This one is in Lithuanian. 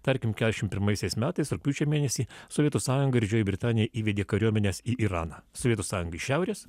tarkim keturiasdešimt pirmaisiais metais rugpjūčio mėnesį sovietų sąjunga didžioji britanija įvedė kariuomenes į iraną sovietų sąjungai šiaurės